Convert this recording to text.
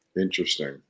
Interesting